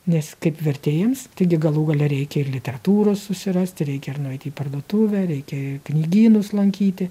nes kaip vertėjams taigi galų gale reikia ir literatūros susirasti reikia ir nueiti į parduotuvę reikia knygynus lankyti